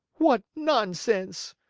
what nonsense!